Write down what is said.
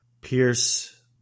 Pierce